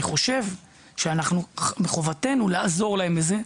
אני חושב שמחובתנו לעזור להם בזה,